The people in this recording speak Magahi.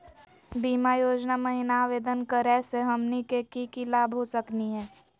बीमा योजना महिना आवेदन करै स हमनी के की की लाभ हो सकनी हे?